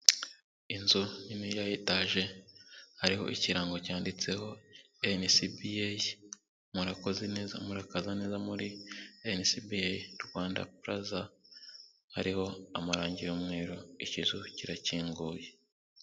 Inzu nini ya etaje hariho ikirango cyanditseho NCBA murakoze neza, murakaza neza muri NCBA Rwanda puraza hariho amarangi y'umweru, ikizu kirakinguye.